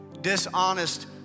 dishonest